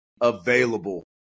available